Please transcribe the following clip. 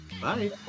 Bye